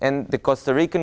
and the costa rica